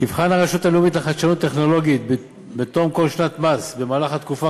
תבחן הרשות הלאומית לחדשנות טכנולוגית בתום כל שנת מס במהלך התקופה